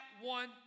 one